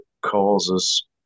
causes